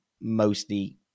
mostly